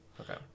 okay